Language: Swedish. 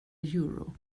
euro